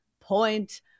point